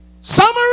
summary